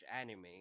anime